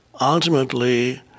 ultimately